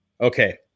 Okay